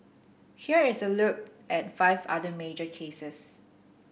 here is a look at five other major cases